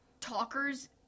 talkers